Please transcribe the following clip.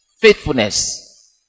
Faithfulness